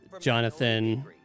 Jonathan